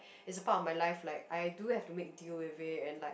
it's a part of my life like I do have to make deal with it and like